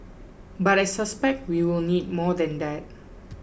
but I suspect we will need more than that